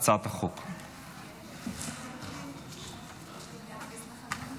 הצעת חוק הגישה לתוכן דיגיטלי